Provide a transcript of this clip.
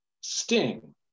Sting